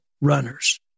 runners